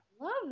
love